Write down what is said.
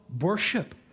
worship